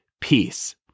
peace